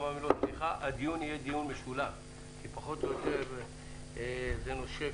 הדיון יהיה דיון משולב כי פחות או יותר זה נושק